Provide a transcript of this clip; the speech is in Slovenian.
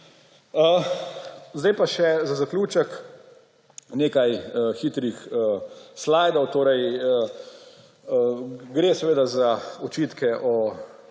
Zdaj pa še za zaključek nekaj hitrih slajdov. Torej gre seveda za očitke o